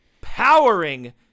powering